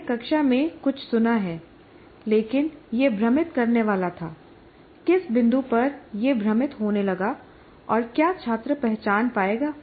मैंने कक्षा में कुछ सुना है लेकिन यह भ्रमित करने वाला था किस बिंदु पर यह भ्रमित होने लगा और क्या छात्र पहचान पाएगा